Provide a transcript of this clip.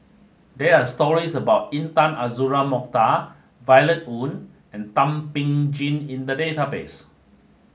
there are stories about Intan Azura Mokhtar Violet Oon and Thum Ping Tjin in the database